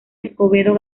escobedo